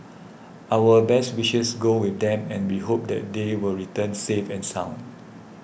our best wishes go with them and we hope that they will return safe and sound